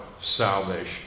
salvation